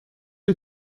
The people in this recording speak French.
que